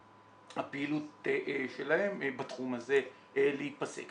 אמורה הפעילות שלהן בתחום הזה להיפסק.